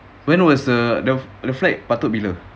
when was the the flight patut bila